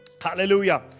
Hallelujah